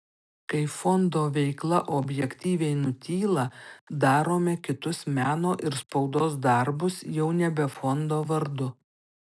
kai fondo veikla objektyviai nutyla darome kitus meno ir spaudos darbus jau nebe fondo vardu